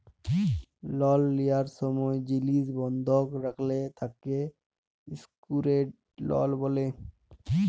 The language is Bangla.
লল লিয়ার সময় জিলিস বন্ধক রাখলে তাকে সেক্যুরেড লল ব্যলে